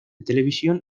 televisión